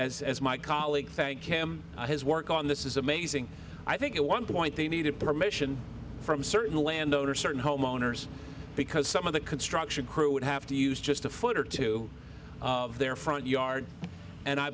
as as my colleague thank him for his work on this is amazing i think it one point they needed permission from certain landowner certain homeowners because some of the construction crew would have to use just a foot or two of their front yard and i